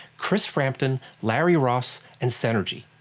chris frampton, larry ross, and senergy.